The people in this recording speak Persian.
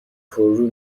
پررو